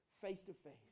face-to-face